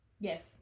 Yes